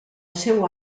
seu